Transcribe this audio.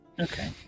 Okay